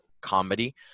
comedy